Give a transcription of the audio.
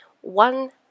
one